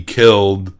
killed